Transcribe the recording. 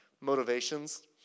motivations